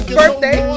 birthday